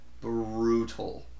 brutal